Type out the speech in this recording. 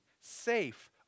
safe